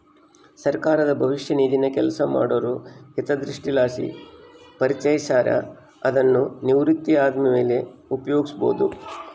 ಸರ್ಕಾರ ಭವಿಷ್ಯ ನಿಧಿನ ಕೆಲಸ ಮಾಡೋರ ಹಿತದೃಷ್ಟಿಲಾಸಿ ಪರಿಚಯಿಸ್ಯಾರ, ಅದುನ್ನು ನಿವೃತ್ತಿ ಆದ್ಮೇಲೆ ಉಪಯೋಗ್ಸ್ಯಬೋದು